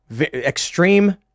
extreme